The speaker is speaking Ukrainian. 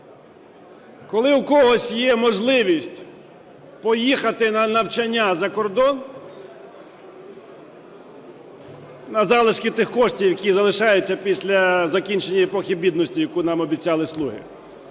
коли у когось є можливість поїхати на навчання за кордон (на залишки тих коштів, які залишаються після закінчення епохи бідності, яку нам обіцяли "слуги")